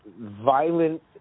violent